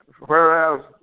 whereas